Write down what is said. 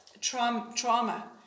trauma